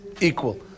equal